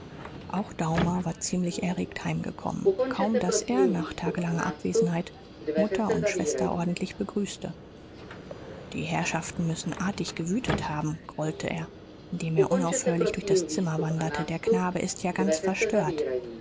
auch daumer war ziemlich erregt heimgekommen kaum daß er nach tagelanger abwesenheit mutter und schwester ordentlich begrüßte die herrschaften müssen artig gewütet haben grollte er indem er unaufhörlich durch das zimmer wanderte der knabe ist ja ganz verstört